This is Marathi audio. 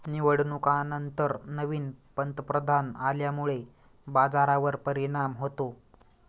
निवडणुकांनंतर नवीन पंतप्रधान आल्यामुळे बाजारावर परिणाम होतो